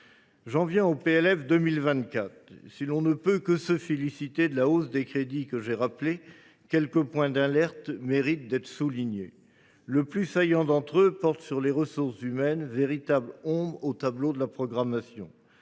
finances pour 2024. Si l’on ne peut que se féliciter de la hausse des crédits que j’ai rappelée, quelques points de vigilance méritent d’être soulignés. Le plus saillant d’entre eux porte sur les ressources humaines, véritable ombre au tableau de la programmation.